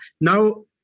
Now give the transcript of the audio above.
Now